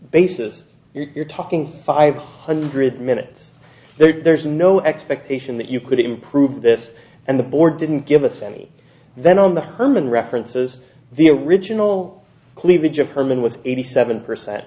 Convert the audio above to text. bases you're talking five hundred minutes there's no expectation that you could improve this and the board didn't give us any then on the herman references the original cleavage of herman was eighty seven percent